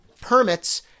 permits